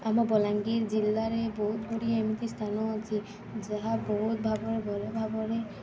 ଆମ ବଲାଙ୍ଗୀର ଜିଲ୍ଲାରେ ବହୁତ ଗୁଡ଼ିଏ ଏମିତି ସ୍ଥାନ ଅଛି ଯାହା ବହୁତ ଭାବରେ ଭଲଭାବରେ